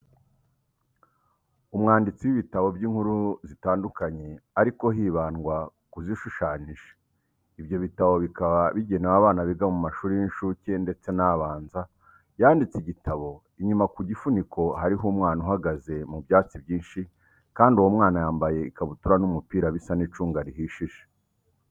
Umwanditsi w'ibitabo by'inkuru zitandukanye ariko hibandwa ku zishushanyije. Ibyo bitabo bikaba bigenewe abana biga mu mashuri y'incuke ndetse n'abanza yanditse igitabo, inyuma ku gifuniko hariho umwana uhagaze mu byatsi byinshi kandi uwo mwana yambaye ikabutura n'umupira bisa n'icunga rihishije.